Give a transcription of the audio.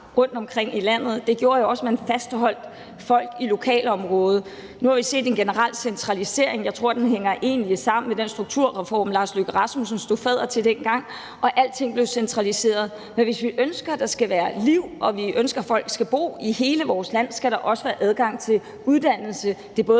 rundtomkring i landet, og det gjorde jo også, at man fastholdt folk i lokalområdet. Nu har vi set en generel centralisering. Jeg tror, at den egentlig hænger sammen med strukturreformen, Lars Løkke Rasmussen stod fadder til dengang, hvor alting blev centraliseret. Men hvis vi ønsker, at der skal være liv, og at folk skal bo i hele vores land, skal der også være adgang til uddannelse. Det er både